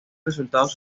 resultados